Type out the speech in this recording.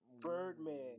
Birdman